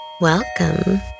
welcome